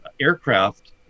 aircraft